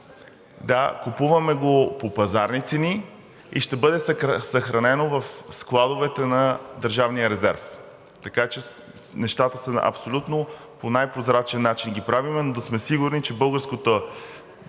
Да, купуваме го по пазарни цени и ще бъде съхранено в складовете на Държавния резерв. Така че нещата абсолютно по най-прозрачен начин ги правим, за да сме сигурни, че българското